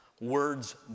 words